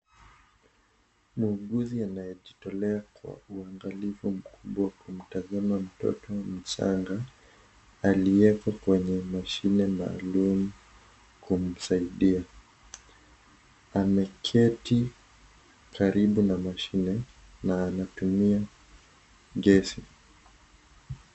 Muuguzi anayejitolea kwa uangalifu mkubwa kumtazama mtoto mchanga aliyekuweko kwe nye mashine maalum kumsaidia. Ameketi karibu na mashine na anatumia gesi.